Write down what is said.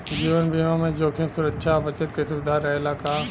जीवन बीमा में जोखिम सुरक्षा आ बचत के सुविधा रहेला का?